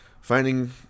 finding